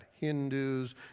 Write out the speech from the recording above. Hindus